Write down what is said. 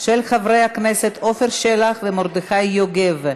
של חברי הכנסת עפר שלח ומרדכי יוגב.